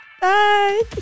Bye